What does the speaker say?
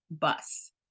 bus